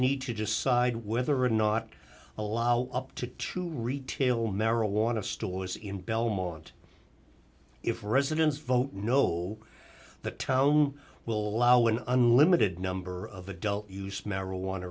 need to just side whether or not allow up to two retail marijuana stores in belmont if residents vote no the town will out when unlimited number of adult use marijuana